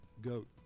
goat